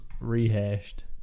rehashed